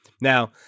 Now